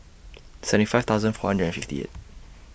seventy five thousand four hundred and fifty eight